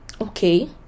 okay